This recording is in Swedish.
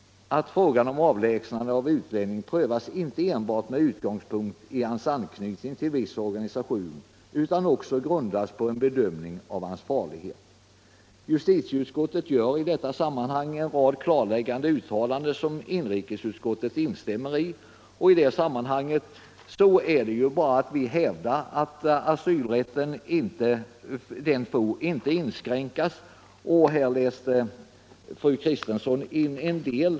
Frågan om avlägsnande av utlänning skall alltså prövas inte enbart med utgångspunkt i hans anknytning till viss organisation utan också på grundval av en bedömning av hans farlighet. Justitieutskottet gör i detta sammanhang en rad klarläggande uttalanden som inrikesutskottet instämmer i. Vi hävdar att asylrätten inte får inskränkas. Fru Kristensson läste in en del av detta i protokollet.